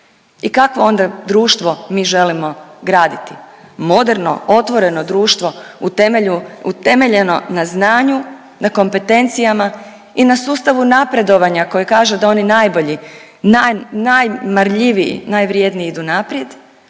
i kakvo onda društvo mi želimo graditi, moderno otvoreno društvo utemeljeno na znanju, na kompetencijama i na sustavu napredovanja koji kaže da oni najbolji, naj, najmarljiviji, najvrjedniji idu naprijed